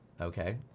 Okay